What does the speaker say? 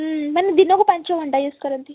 ହୁଁ ମାନେ ଦିନକୁ ପାଞ୍ଚ ଘଣ୍ଟା ୟୁଜ୍ କରନ୍ତି